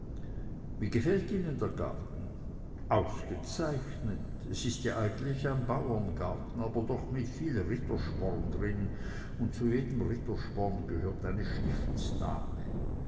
wie gefällt ihnen der garten ausgezeichnet es ist ja eigentlich ein bauerngarten aber doch mit viel rittersporn drin und zu jedem rittersporn gehört eine stiftsdame